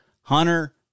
Hunter